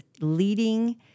leading